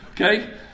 okay